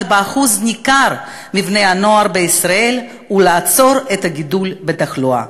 באחוז ניכר מבני-הנוער בישראל ולעצור את הגידול בתחלואה.